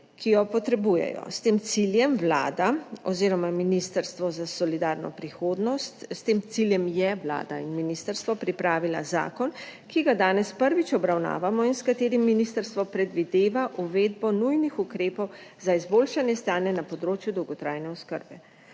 ki jo potrebujejo. S tem ciljem je vlada oziroma je Ministrstvo za solidarno prihodnost pripravilo zakon, ki ga danes prvič obravnavamo in s katerim ministrstvo predvideva uvedbo nujnih ukrepov za izboljšanje stanja na področju dolgotrajne oskrbe.